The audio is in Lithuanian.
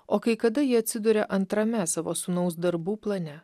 o kai kada ji atsiduria antrame savo sūnaus darbų plane